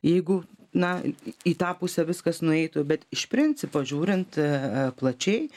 jeigu na į tą pusę viskas nueitų bet iš principo žiūrint plačiai